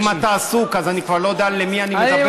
אם אתה עסוק, אז אני כבר לא יודע למי אני מדבר.